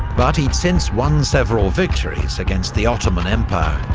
but he'd since won several victories against the ottoman empire,